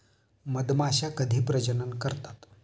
मधमाश्या कधी प्रजनन करतात?